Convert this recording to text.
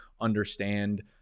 understand